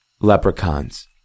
Leprechauns